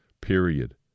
period